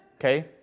Okay